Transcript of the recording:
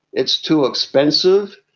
it's too expensive,